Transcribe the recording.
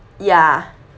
ya